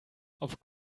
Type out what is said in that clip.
auf